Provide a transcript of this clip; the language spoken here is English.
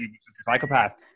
psychopath